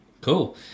Cool